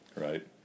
right